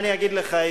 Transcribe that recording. מה אני אגיד לך?